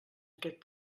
aquest